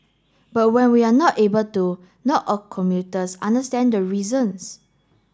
but when we are not able to not all commuters understand the reasons